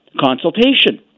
consultation